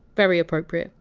very appropriate.